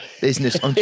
business